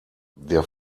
der